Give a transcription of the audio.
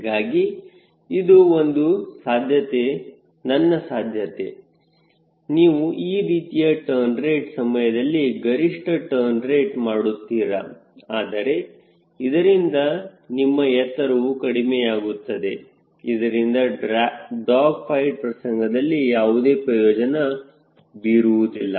ಹೀಗಾಗಿ ಇದು ಒಂದು ಸಾಧ್ಯತೆ ನನ್ನ ಸಾಧ್ಯತೆ ನೀವು ಈ ರೀತಿಯ ಟರ್ನ್ ರೇಟ್ ಸಮಯದಲ್ಲಿ ಗರಿಷ್ಠ ಟರ್ನ್ ರೇಟ್ ಮಾಡುತ್ತೀರಾ ಆದರೆ ಇದರಿಂದ ನಿಮ್ಮ ಎತ್ತರವು ಕಡಿಮೆಯಾಗುತ್ತದೆ ಇದರಿಂದ ಡಾಗ್ ಫೈಟ್ ಪ್ರಸಂಗದಲ್ಲಿ ಯಾವುದೇ ಪ್ರಯೋಜನ ಬೀರುವುದಿಲ್ಲ